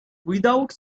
without